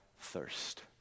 thirst